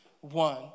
one